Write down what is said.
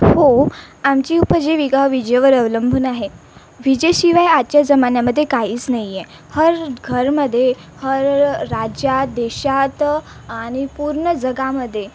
हो आमची उपजीविका विजेवर अवलंबून आहे विजेशिवाय आजच्या जमान्यामध्ये काईस नाही आहे हर घरमध्ये हर राज्यात देशात आणि पूर्ण जगामध्ये